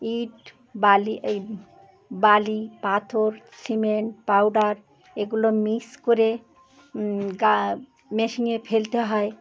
ইট বালি এই বালি পাথর সিমেন্ট পাউডার এগুলো মিক্স করে গা মেশিনে ফেলতে হয়